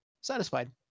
satisfied